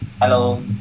Hello